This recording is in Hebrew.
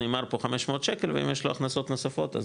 נאמר פה 500 שקל ואם יש לו הכנסות נוספות אז